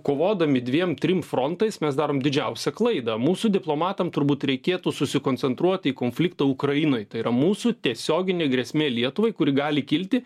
kovodami dviem trim frontais mes darom didžiausią klaidą mūsų diplomatam turbūt reikėtų susikoncentruoti į konfliktą ukrainoj tai yra mūsų tiesioginė grėsmė lietuvai kuri gali kilti